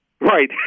Right